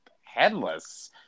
headless